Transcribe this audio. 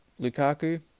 Lukaku